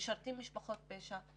שמשרתים משפחות פשע.